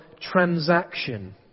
transaction